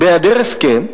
בהיעדר הסכם,